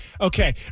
okay